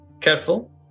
Careful